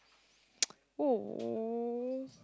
oh